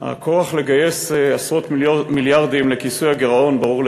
הכורח לגייס עשרות מיליארדים לכיסוי הגירעון ברור לכולם.